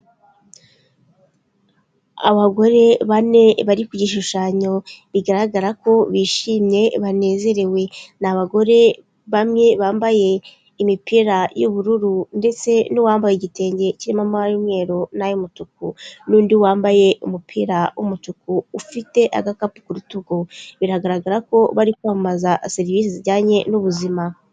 Abagore bane bari ku gishushanyo bigaragara ko bishimye, banezerewe, ni abagore bamwe bambaye imipira y'ubururu, ndetse n'uwambaye igitenge kirimo amabara y'umweru ay'umutuku, n'undi wambaye umupira w'umutuku, ufite agakapu ku rutugu, biragaragara ko bari kwamamaza serivisi zijyanye n'ubuzima.